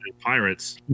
Pirates